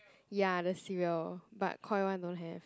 ya the cereal but Koi one don't have